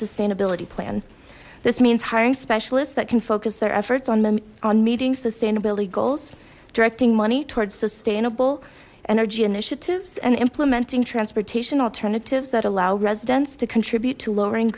sustainability plan this means hiring specialists that can focus their efforts on them on meeting sustainability goals directing money towards sustainable energy initiatives and implementing transportation alternatives that allow residents to contribute to lower